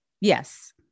Yes